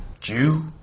Jew